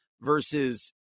versus